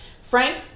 Frank